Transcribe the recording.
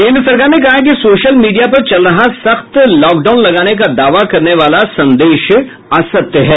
केंद्र सरकार ने कहा है कि सोशल मीडिया पर चल रहा सख्त लॉकडाउन लगाने का दावा करने वाला संदेश असत्य है